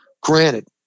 granted